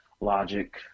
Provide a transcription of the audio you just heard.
logic